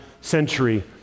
century